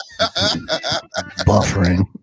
buffering